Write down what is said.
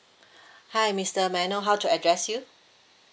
hi mister may I know how to address you